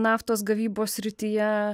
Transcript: naftos gavybos srityje